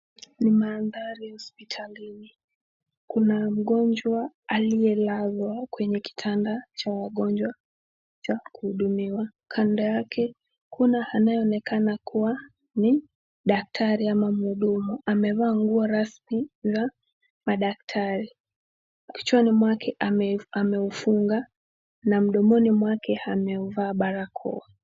Ni mandhari ya hospitalini. Kuna mgonjwa aliyelazwa kwenye kitanda cha wagonjwa cha kuhudumiwa. Kando yake kuna anayeonekana kuwa ni daktari ama mhudumu. Amevaa nguo rasmi za madaktari. Kichwani mwake ameufunga na mdomoni mwake ameuvaa barakoa.